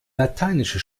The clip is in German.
lateinische